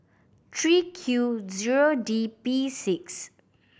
three Q zero D P six